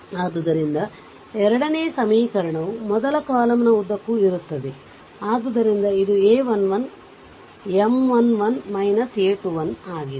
ಆದ್ದರಿಂದ ಎರಡನೇ ಸಮೀಕರಣವು ಮೊದಲ ಕಾಲಮ್ ನ ಉದ್ದಕ್ಕೂ ಇರುತ್ತದೆಆದ್ದರಿಂದ ಇದು a 1 1 M 1 1 a 21 ಆಗಿದೆ